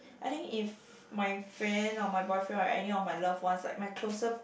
I think if my friend or my boyfriend or any of my loved ones like my closer